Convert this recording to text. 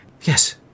Yes